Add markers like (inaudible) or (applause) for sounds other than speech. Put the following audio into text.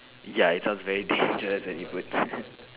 ya it sounds very dangerous (breath) when you put (noise)